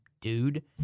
dude